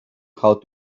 how